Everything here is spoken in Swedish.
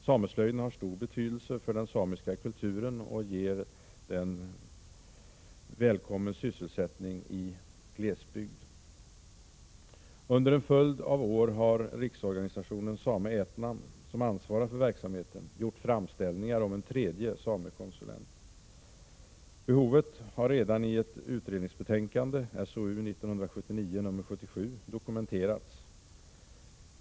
Sameslöjden har stor betydelse för den samiska kulturen, och den ger välkommen sysselsättning i glesbygd. Under en följd av år har Riksorganisationen Same-Ätnam, som ansvarar för verksamheten, gjort framställningar om en tredje samekonsulent. Behovet har redan i ett utredningsbetänkande dokumenterats.